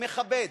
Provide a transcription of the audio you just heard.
מכבד,